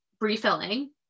refilling